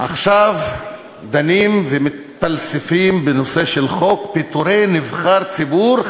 עכשיו דנים ומתפלספים בנושא של חוק פיטורי נבחר ציבור,